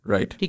Right